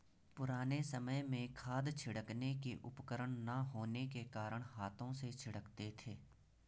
पुराने समय में खाद छिड़कने के उपकरण ना होने के कारण हाथों से छिड़कते थे